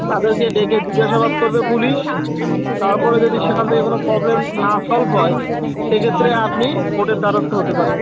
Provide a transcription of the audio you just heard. তাদেরকে ডেকে জিজ্ঞাসাবাদ করবে পুলিশ তার পরে যদি সেখান থেকে কোনো প্রবলেম না সলভ হয় সেক্ষেত্রে আপনি কোর্টের দ্বারস্থ হতে পারেন